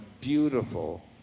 beautiful